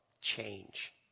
change